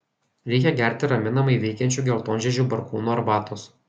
reikia gerti raminamai veikiančių geltonžiedžių barkūnų arbatos